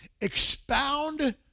expound